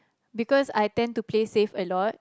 because I tend to play safe a lot